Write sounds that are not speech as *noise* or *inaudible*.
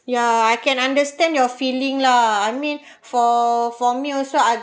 ya I can understand your feeling lah I mean *breath* for for me also